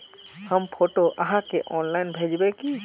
हम फोटो आहाँ के ऑनलाइन भेजबे की?